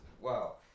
Wow